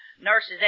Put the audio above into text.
nurse's